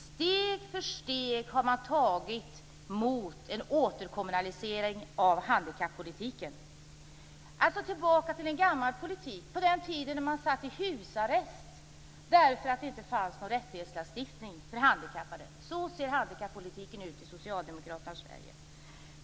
Steg efter steg har man tagit mot en återkommunalisering av handikappolitiken, alltså tillbaka till den gamla politiken, till den tid då man satt i husarrest därför att det inte fanns någon rättighetslagstiftning för handikappade. Så ser handikappolitiken ut i socialdemokraternas Sverige.